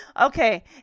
Okay